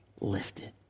lifted